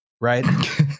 right